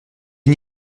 une